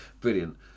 Brilliant